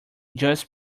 just